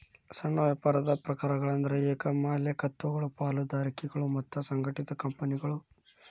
ಸಣ್ಣ ವ್ಯಾಪಾರದ ಪ್ರಕಾರಗಳಂದ್ರ ಏಕ ಮಾಲೇಕತ್ವಗಳು ಪಾಲುದಾರಿಕೆಗಳು ಮತ್ತ ಸಂಘಟಿತ ಕಂಪನಿಗಳು